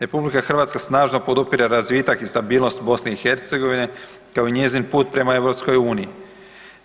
RH snažno podupire razvitak i stabilnost BiH-a kao i njezin put prema EU-u.